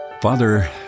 Father